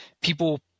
people